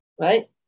Right